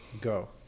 go